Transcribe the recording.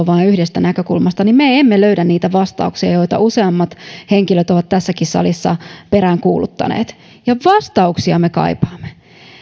vain yhdestä näkökulmasta me emme löydä niitä vastauksia joita useammat henkilöt ovat tässäkin salissa peräänkuuluttaneet ja vastauksia me kaipaamme